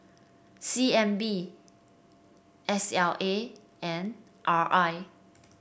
C N B S L A and R I